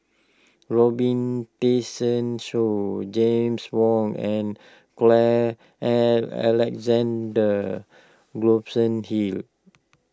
Robin Tessensohn James Wong and Carl Alexander Gibson Hill